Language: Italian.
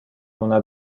una